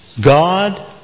God